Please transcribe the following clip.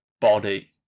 body